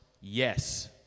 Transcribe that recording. yes